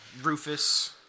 Rufus